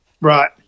right